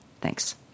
Thanks